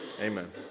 Amen